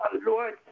Lord